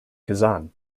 kazan